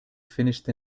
finished